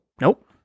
Nope